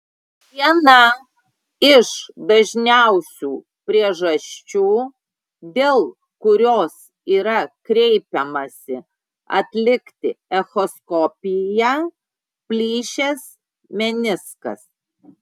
viena iš dažniausių priežasčių dėl kurios yra kreipiamasi atlikti echoskopiją plyšęs meniskas